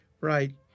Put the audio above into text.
Right